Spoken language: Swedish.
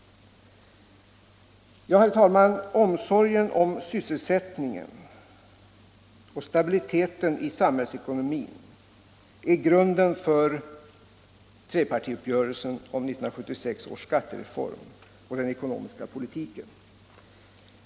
Herr talman! Omsorgen om sysselsättningen och stabiliteten i samhällsekonomin är grunden för trepartiuppgörelsen om 1976 års skattereform och den ekonomiska politiken.